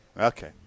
Okay